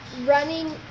running